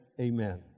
amen